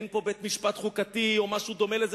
אין פה בית-משפט חוקתי או משהו דומה לזה,